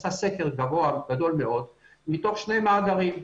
עשה סקר גדול מאוד מתוך שני מאגרים.